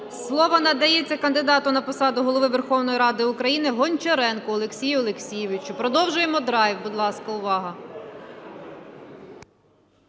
Слово надається кандидату на посаду Голови Верховної Ради України – Гончаренку Олексію Олексійовичу. Продовжуємо драйв, будь ласка, увага.